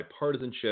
bipartisanship